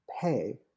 pay